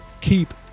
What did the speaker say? keep